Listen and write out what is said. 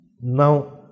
Now